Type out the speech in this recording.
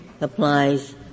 applies